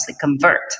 convert